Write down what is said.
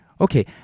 Okay